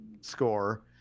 score